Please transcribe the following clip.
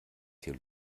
hier